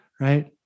right